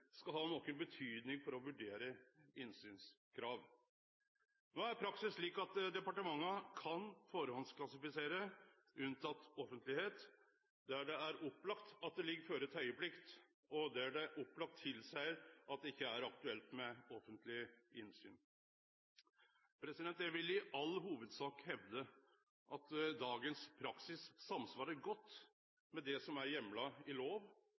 skal ha noko å seie for å vurdere innsynskrav. No er praksis slik at departementa kan førehandsklassifisere «unntatt offentlighet» der det er opplagt at det ligg føre teieplikt, og der det er opplagt at det ikkje er aktuelt med offentleg innsyn. Eg vil i all hovudsak hevde at dagens praksis samsvarer godt med det som er heimla i lov,